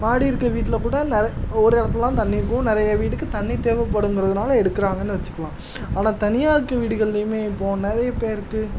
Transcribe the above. மாடி இருக்க வீட்டில கூட நெற ஒரு இடத்துல தான் தண்ணி இருக்கும் நிறைய வீட்டுக்கு தண்ணி தேவைப்படுங்குறதனால எடுக்கிறாங்கன்னு வச்சிக்கலாம் ஆனால் தனியாக இருக்கிற வீடுகள்லையுமே இப்போது நிறைய பேருக்கு